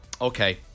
Okay